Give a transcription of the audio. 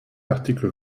l’article